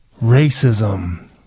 racism